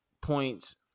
points